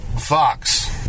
Fox